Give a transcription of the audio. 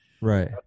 Right